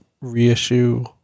reissue